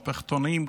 משפחתונים,